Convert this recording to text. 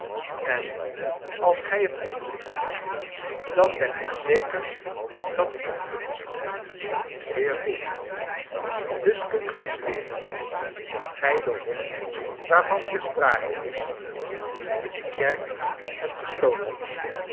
en als gij het niet doet dan ben ik zeker dat ik het niet doe zeer goed dus kunt gij zweren dat gij den hond waarvan hier sprake is niet in de kerk hebt gesloten